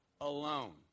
Alone